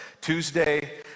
Tuesday